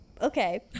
okay